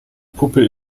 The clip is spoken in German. puppe